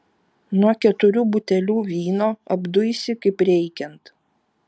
nuo keturių butelių vyno apduisi kaip reikiant